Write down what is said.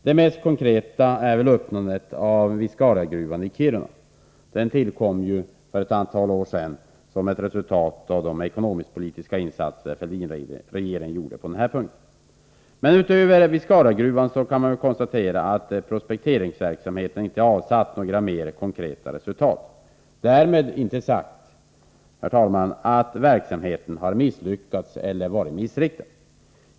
Det mest konkreta är väl öppnandet av Viscariagruvan i Kiruna, vilken tillkom för ett antal år sedan som ett resultat av de ekonomisk-politiska insatser regeringen gjorde på detta område. Men utöver Viscariagruvan kan man konstatera att prospekteringsverksamheten inte avsatt några mer konkreta resultat. Därmed är inte sagt, herr talman, att verksamheten har misslyckats eller varit missriktad.